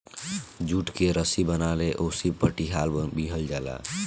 jute के रसी बना के ओहिसे पटिहाट बिनल जाला